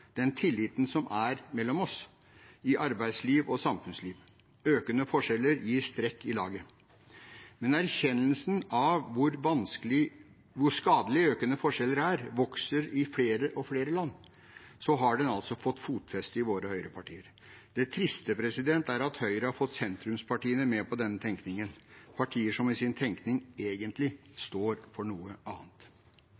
den tilliten som er mellom oss, i arbeidsliv og samfunnsliv. Økende forskjeller gir strekk i laget. Mens erkjennelsen av hvor skadelig økende forskjeller er, vokser i flere og flere land, har den altså fått fotfeste i våre høyrepartier. Det triste er at Høyre har fått sentrumspartiene med på denne tenkningen, partier som i sin tenkning egentlig